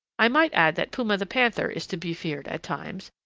i might add that puma the panther is to be feared at times,